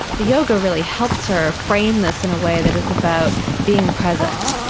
the yoga really helps her frame this in a way that is about being present.